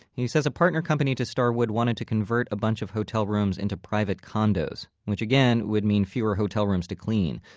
he says a partner company to starwood wanted to convert a bunch of hotel rooms into private condos. which, again, would mean fewer hotel rooms to clean.